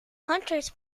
hunters